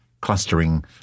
clustering